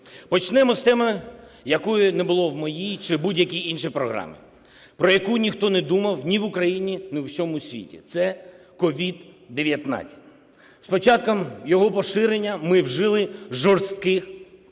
Почнемо з теми, якої не було в моїй чи будь-якій іншій програмі, про яку ніхто не думав ні в Україні, ні в усьому світі, – це COVID-19. З початком його поширення ми вжили жорстких та